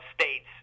states